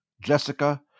jessica